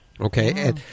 Okay